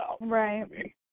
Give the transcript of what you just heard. Right